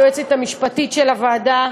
היועצת המשפטית של הוועדה,